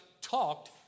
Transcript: talked